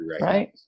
Right